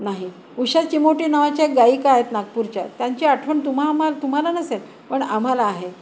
नाही उषाची मोठी नावाच्या एक गायिका आहेत नागपूरच्या त्यांची आठवण तुम्हा आमा तुम्हाला नसेल पण आम्हाला आहे